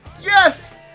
Yes